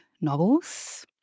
novels